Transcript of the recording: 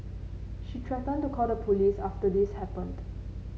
she threatened to call the police after this happened